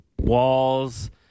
walls